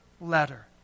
letter